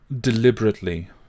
deliberately